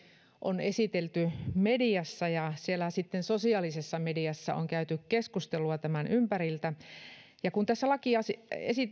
on esitelty mediassa miten sitten sosiaalisessa mediassa on käyty keskustelua tämän ympäriltä kun tässä